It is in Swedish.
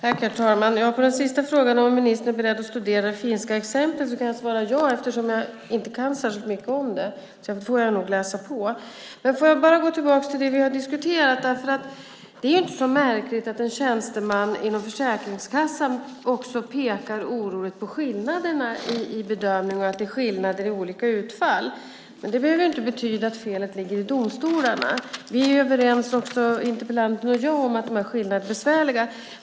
Herr talman! På den sista frågan, om ministern är beredd att studera det finska exemplet, kan jag svara ja eftersom jag inte kan särskilt mycket om det. Jag får nog läsa på det. Låt mig gå tillbaka det vi har diskuterat. Det är inte så märkligt att en tjänsteman inom Försäkringskassan också oroligt pekar på skillnaderna i bedömningen och på att det skiljer mellan olika utfall. Men det behöver inte betyda att felet ligger i domstolarna. Vi är överens, interpellanten och jag, om att de här skillnaderna är besvärliga.